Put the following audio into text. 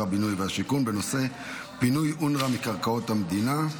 הבינוי והשיכון בנושא: פינוי אונר"א מקרקעות המדינה.